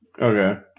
Okay